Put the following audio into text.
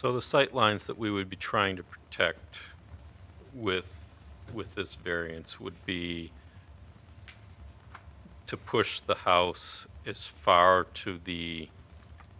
so the sight lines that we would be trying to protect with with this variance would be to push the house is far to the